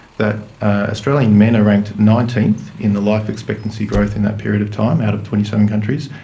that australian men are ranked nineteenth in the life expectancy growth in that period of time out of twenty seven countries,